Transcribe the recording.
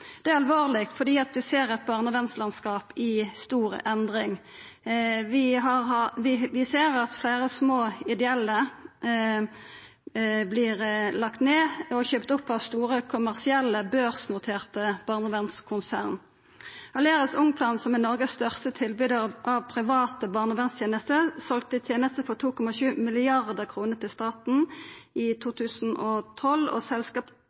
Det er alvorleg, for vi ser eit barnevernlandskap i stor endring. Vi ser at fleire små ideell vert lagde ned og kjøpte opp av store kommersielle børsnoterte barnevernkonsern. Aleris Ungplan, som er Noregs største tilbydar av private barneverntenester selte tenester for 2,7 mrd. kr til staten i 2012, og